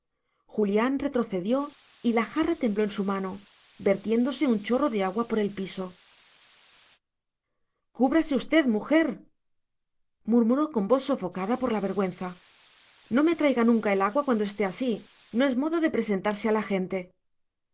julián retrocedió y la jarra tembló en su mano vertiéndose un chorro de agua por el piso cúbrase usted mujer murmuró con voz sofocada por la vergüenza no me traiga nunca el agua cuando esté así no es modo de presentarse a la gente